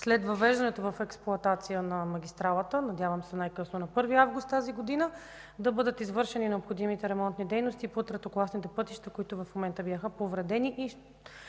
след въвеждането в експлоатация на магистралата, надяваме се най-късно на 1 август тази година, да бъдат извършени необходимите ремонтни дейности по третокласните пътища, които в момента бяха повредени